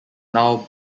now